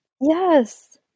Yes